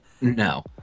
No